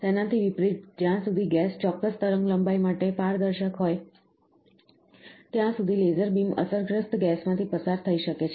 તેનાથી વિપરીત જ્યાં સુધી ગેસ ચોક્કસ તરંગ લંબાઈ માટે પારદર્શક હોય ત્યાં સુધી લેસર બીમ અસરગ્રસ્ત ગેસમાંથી પસાર થઈ શકે છે